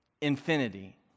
infinity